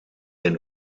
zijn